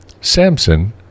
Samson